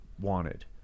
wanted